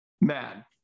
Mad